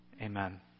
amen